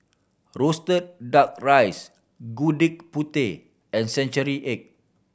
roasted Duck Rice Gudeg Putih and century egg